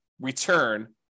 return